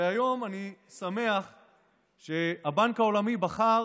והיום אני שמח שהבנק העולמי בחר